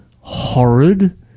horrid